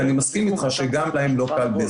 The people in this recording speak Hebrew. ואני מסכים איתך שגם להם לא קל.